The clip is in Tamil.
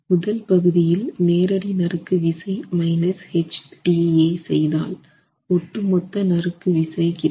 முதல் பகுதியில் நேரடி நறுக்கு விசை H tA செய்தால் ஒட்டு மொத்த நறுக்கு விசை கிடைக்கும்